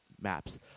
maps